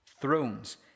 Thrones